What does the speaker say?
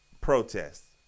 protests